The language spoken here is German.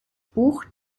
buch